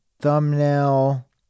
thumbnail